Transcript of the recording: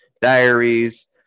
diaries